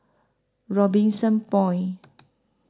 Robinson Point